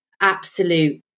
absolute